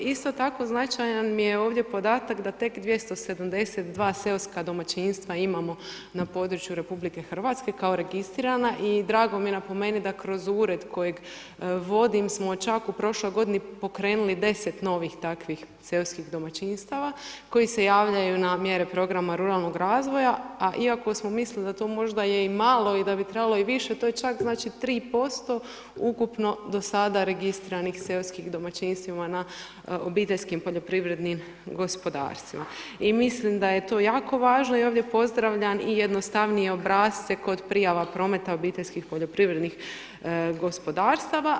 Isto tako, značajan mi je ovdje podatak da tek 272 seoska domaćinstva imamo na području RH kao registrirana i drago mi je napomenuti da kroz ured kojeg vodim smo čak u prošloj godini pokrenuli 10 novih takvih seoskih domaćinstava koji se javljaju na mjere programa ruralnog razvoja, a iako smo mislili da to možda je i malo i da bi trebalo i više, to je čak, znači, 3% ukupno do sada registriranih seoskih domaćinstvima na obiteljskim poljoprivrednim gospodarstvima i mislim da je to jako važno i ovdje pozdravljam i jednostavnije obrasce kod prijava prometa obiteljskih poljoprivrednih gospodarstava.